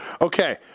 Okay